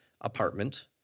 apartment